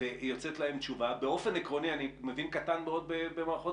ויוצאת להם תשובה אני מבין מאוד קטן במערכות